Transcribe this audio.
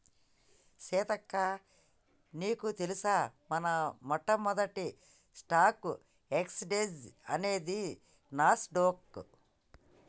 సీతక్క నీకు తెలుసా మన మొట్టమొదటి స్టాక్ ఎక్స్చేంజ్ అనేది నాస్ డొక్